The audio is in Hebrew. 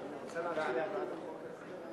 אני רוצה להשיב על הצעת החוק הזו.